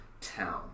town